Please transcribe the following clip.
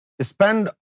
Spend